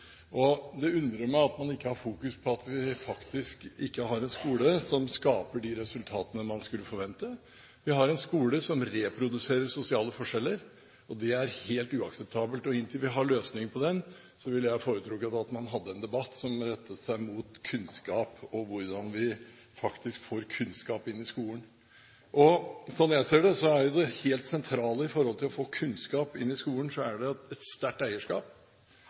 Det undrer meg at man ikke fokuserer på at vi faktisk ikke har en skole som skaper de resultatene man skulle forvente. Vi har en skole som reproduserer sosiale forskjeller, og det er helt uakseptabelt. Inntil vi har løsningen på det, ville jeg ha foretrukket at man hadde en debatt som rettet seg mot kunnskap, og hvordan vi faktisk får kunnskap inn i skolen. Sånn jeg ser det, er det helt sentrale for å få kunnskap inn i skolen et sterkt eierskap, det er god ledelse gjennom kompetente rektorer, og det